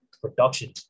production